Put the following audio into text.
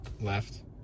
left